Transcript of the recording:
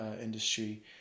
industry